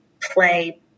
play